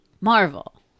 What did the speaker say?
Marvel